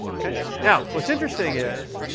now, what's interesting is,